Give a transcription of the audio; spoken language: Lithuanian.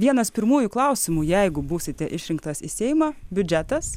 vienas pirmųjų klausimų jeigu būsite išrinktas į seimą biudžetas